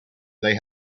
they